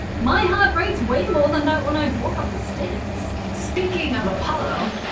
my heart rate's way more than that when i walk up the stairs. speaking of apollo